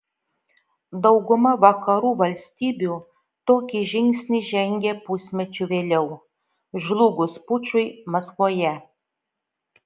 dauguma vakarų valstybių tokį žingsnį žengė pusmečiu vėliau žlugus pučui maskvoje